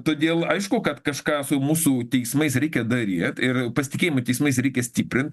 todėl aišku kad kažką su mūsų teismais reikia daryt ir pasitikėjimą teismais reikia stiprint